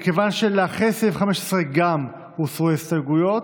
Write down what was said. מכיוון שגם אחרי סעיף 15 הוסרו ההסתייגויות,